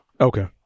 Okay